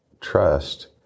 trust